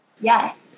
Yes